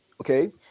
okay